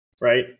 right